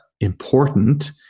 important